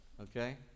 okay